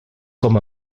com